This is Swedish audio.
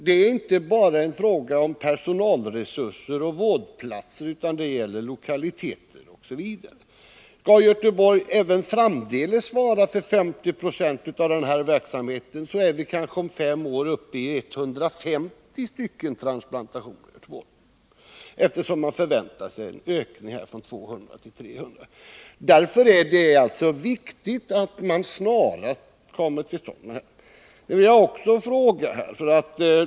Det är en fråga om inte bara personalresurser och vårdplatser, utan det gäller även lokaliteter osv. Skall Göteborg även framdeles svara för 50 26 av den här verksamheten, så är vi kanske om fem år uppe i 150 transplantationer i Göteborg, eftersom man förväntar sig en ökning från 200 till 300. Därför är det alltså viktigt att man snarast kommer till klarhet i denna fråga.